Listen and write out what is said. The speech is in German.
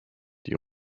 die